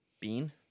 Bean